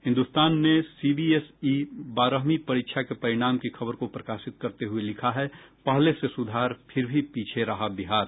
हिन्दुस्तान ने सीबीएसई बारहवीं परीक्षा के परिणाम की खबर को प्रकाशित करते हुए लिखा है पहले से सुधार फिर भी पीछे रहा बिहार